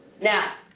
Now